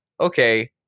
okay